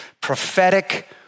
prophetic